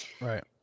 Right